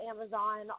Amazon